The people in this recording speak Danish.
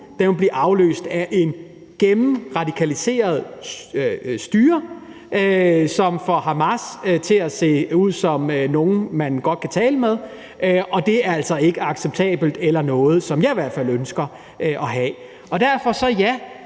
nu, ville blive afløst af et gennemradikaliseret styre, som ville få Hamas til at se ud som nogle, man godt kan tale det med. Og det er altså ikke acceptabelt eller i hvert fald noget, som jeg ønsker at have. Derfor, ja,